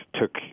took